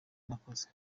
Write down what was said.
nakoze